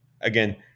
again